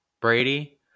Brady